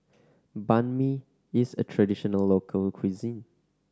Banh Mi is a traditional local cuisine